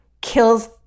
kills